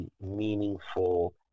meaningful